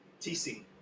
TC